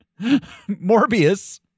Morbius